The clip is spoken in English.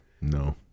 No